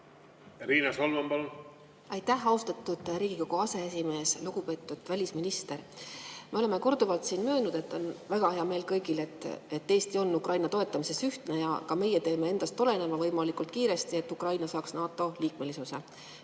Riina Solman, palun! Aitäh, austatud Riigikogu aseesimees! Lugupeetud välisminister! Me oleme siin korduvalt möönnud: meil kõigil on väga hea meel selle üle, et Eesti on Ukraina toetamises ühtne, ja ka meie teeme endast oleneva võimalikult kiiresti, et Ukraina saaks NATO liikmesuse.